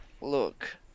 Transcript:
Look